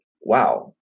wow